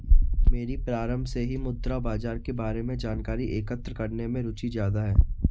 मेरी प्रारम्भ से ही मुद्रा बाजार के बारे में जानकारी एकत्र करने में रुचि ज्यादा है